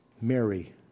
Mary